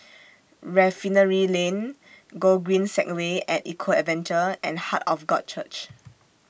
Refinery Lane Gogreen Segway At Eco Adventure and Heart of God Church